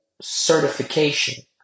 certification